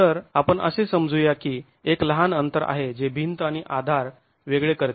तर आपण असे समजू या की एक लहान अंतर आहे जे भिंत आणि आधार वेगळे करते